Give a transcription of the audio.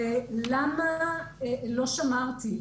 למה לא שמרתי?